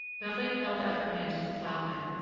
marie held out her hand to the ploughman,